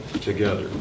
together